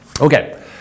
Okay